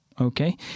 Okay